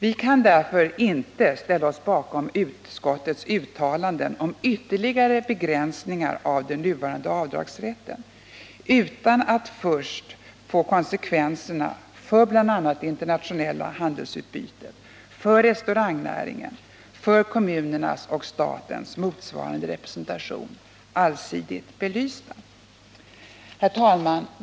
Vi kan därför inte ställa oss bakom utskottets uttalanden om ytterligare begränsningar av den nuvarande avdragsrätten utan att först få konsekvenserna för bl.a. det internationella handelsutbytet, för restaurangnäringen, för kommunernas och statens motsvarande representation allsidigt belysta. Herr talman!